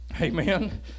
Amen